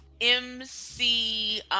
MC